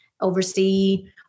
oversee